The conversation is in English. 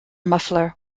muffler